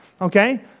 okay